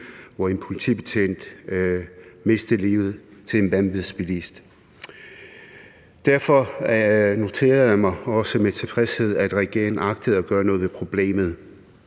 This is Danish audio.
hvor en politibetjent mistede livet til en vanvidsbilist. Derfor noterede jeg mig også med tilfredshed, at regeringen agtede at gøre noget ved problemet,